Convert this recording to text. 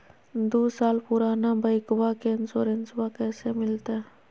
दू साल पुराना बाइकबा के इंसोरेंसबा कैसे मिलते?